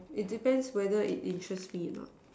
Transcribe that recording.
it depends whether it interest me or not